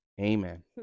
Amen